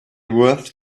worth